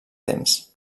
temps